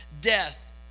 death